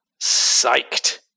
psyched